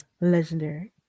legendary